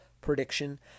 prediction